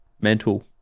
Mental